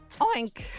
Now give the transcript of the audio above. Oink